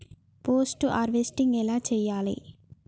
Post harvesting ఎలా చెయ్యాలే?